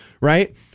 right